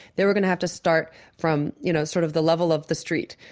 they were going to have to start from you know sort of the level of the street.